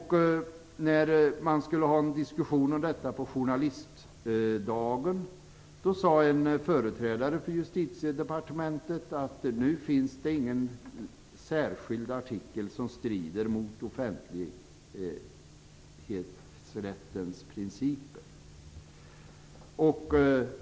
Vid en diskussion om frågan på Journalistdagen, sade en företrädare för Justitiedepartementet att det nu inte finns någon särskild artikel som strider mot offentlighetsrättens principer.